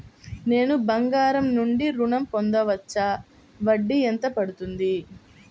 నేను బంగారం నుండి ఋణం పొందవచ్చా? వడ్డీ ఎంత పడుతుంది?